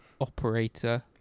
operator